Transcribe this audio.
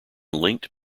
linked